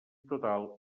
total